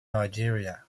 nigeria